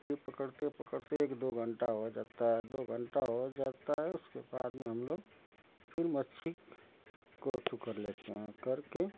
फिर पकड़ते पकड़ते एक दो घंटा हो जाता है दो घंटा हो जाता है उसके बाद में हम लोग फिर मच्छी को